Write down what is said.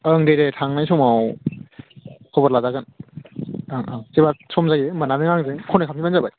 ओं दे दे थांनाय समाव खबर लाजागोन ओं ओं जेब्लाना सम जायो अब्लाना नों आं कन्टेक्ट खालामबानो जाबाय